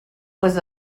was